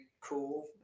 cool